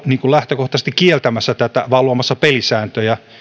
lähtökohtaisesti kieltämässä tätä vaan luomassa pelisääntöjä